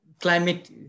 climate